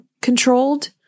controlled